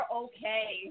okay